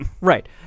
right